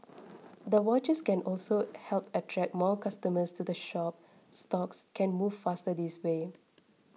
the vouchers can also help attract more customers to the shop stocks can move faster this way